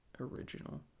original